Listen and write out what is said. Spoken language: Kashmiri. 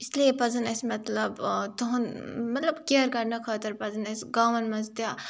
اِسلیے پَزَن اَسہِ مطلب تِہُنٛد مطلب کِیَر کَرنہٕ خٲطرٕ پَزَن اَسہِ گامَن منٛز تہِ